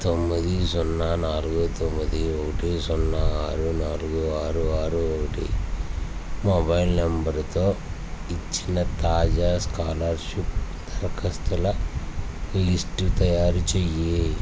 తొమ్మిది సున్నా నాలుగు తొమ్మిది ఒకటి సున్నా ఆరు నాలుగు ఆరు ఆరు ఒకటి మొబైల్ నంబరుతో ఇచ్చిన తాజా స్కాలర్షిప్ దరఖాస్తుల లిస్టు తయారుచేయి